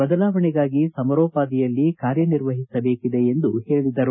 ಬದಲಾವಣೆಗಾಗಿ ಸಮರೋಪಾದಿಯಲ್ಲಿ ಕಾರ್ಯನಿರ್ವಹಿಸಬೇಕಿದೆ ಎಂದು ಹೇಳಿದರು